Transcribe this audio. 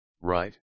right